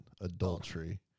adultery